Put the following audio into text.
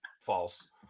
False